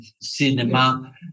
cinema